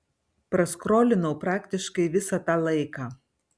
praskrolinau praktiškai visą tą laiką